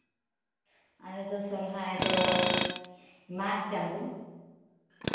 ᱟᱞᱮᱫᱚ ᱥᱚᱦᱨᱟᱭ ᱫᱚ ᱢᱟᱜᱽ ᱪᱟᱸᱫᱳ